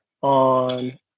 on